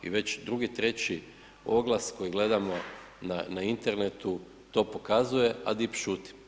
I već drugi, treći oglas koji gledamo na internetu to pokazuje, a DIP šuti.